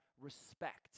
respect